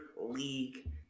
league